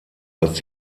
als